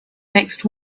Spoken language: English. next